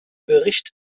bericht